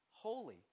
holy